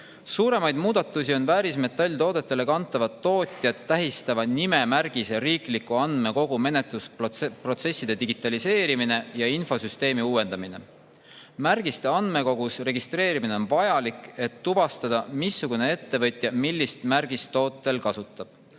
suuremaid muudatusi on väärismetalltoodetele kantavate, tootjat tähistavate nimemärgiste riikliku andmekogu menetlusprotsesside digitaliseerimine ja infosüsteemi uuendamine. Märgiste andmekogus registreerimine on vajalik, et tuvastada, missugune ettevõtja millist märgist tootel kasutab.